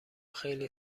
خیلی